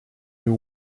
you